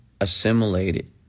assimilated